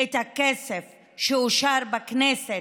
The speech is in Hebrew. את הכסף שאושר בכנסת,